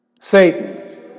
Satan